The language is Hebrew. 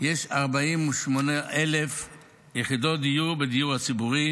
יש 48,000 יחידות דיור בדיור הציבורי